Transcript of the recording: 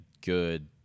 good